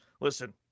Listen